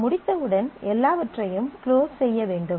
நாம் முடித்தவுடன் எல்லாவற்றையும் க்ளோஸ் செய்ய வேண்டும்